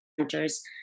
centers